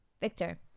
victor